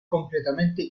completamente